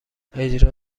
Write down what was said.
اجرا